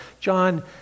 John